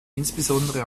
insbesondere